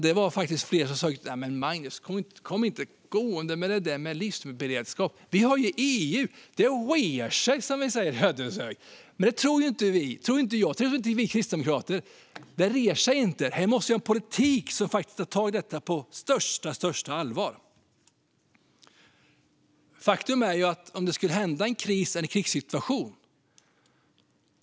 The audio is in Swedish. Det var faktiskt fler som sa: Men Magnus, kom nu inte dragande med det där med livsmedelsberedskap - vi har ju EU! Det re'r sig, som vi säger i Ödeshög. Det trodde man. Men det tror inte jag och vi kristdemokrater. Det reder sig inte. Här måste vi ha en politik som tar tag i detta på största allvar. Vad skulle hända vid en kris eller en krigssituation?